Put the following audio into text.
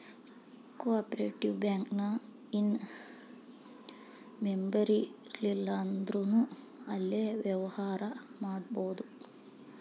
ಕೊ operative bank ಇನ್ ಮೆಂಬರಿರ್ಲಿಲ್ಲಂದ್ರುನೂ ಅಲ್ಲೆ ವ್ಯವ್ಹಾರಾ ಮಾಡ್ಬೊದು